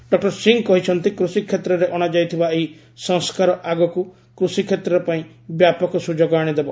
doctor Singh କହିଛନ୍ତି କୃଷିକ୍ଷେତ୍ରରେ ଅଣାଯାଇଥିବା ଏହି ସଂସ୍କାର ଆଗକୁ କୃଷିକ୍ଷେତ୍ର ପାଇଁ ବ୍ୟାପକ ସୁଯୋଗ ଆଣିଦେବ